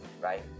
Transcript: right